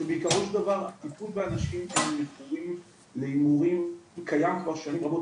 שבעיקרו של דבר הטיפול באנשים שמכורים להימורים קיים כבר שנים רבות.